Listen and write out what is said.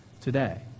today